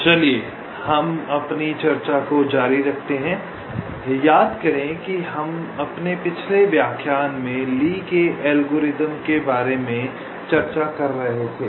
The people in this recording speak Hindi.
तो चलिए अपनी चर्चा को जारी रखते हैं इसलिए याद करें कि हम अपने पिछले व्याख्यान में ली के एल्गोरिथ्म के बारे में चर्चा कर रहे थे